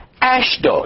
Ashdod